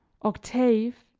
octave,